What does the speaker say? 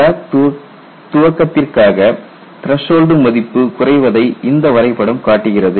crack துவக்கத்திற்காக threshold மதிப்பு குறைவதை இந்த வரைபடம் காட்டுகிறது